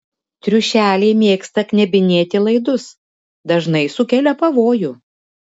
triušeliai mėgsta knebinėti laidus dažnai sukelia pavojų